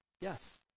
Yes